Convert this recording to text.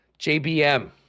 JBM